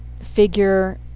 figure